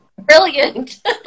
Brilliant